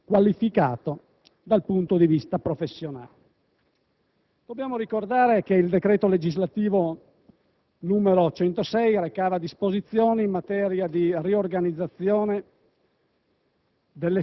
(concorsi) oltre che a corsi di aggiornamento professionale. In pratica, queste innovazioni cambiano la prospettiva dalla quale si deve guardare al superamento del concorso: